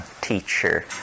teacher